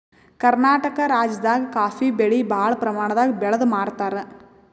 ಕರ್ನಾಟಕ್ ರಾಜ್ಯದಾಗ ಕಾಫೀ ಬೆಳಿ ಭಾಳ್ ಪ್ರಮಾಣದಾಗ್ ಬೆಳ್ದ್ ಮಾರ್ತಾರ್